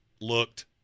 looked